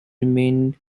remained